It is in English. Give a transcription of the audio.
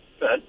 Good